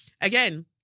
Again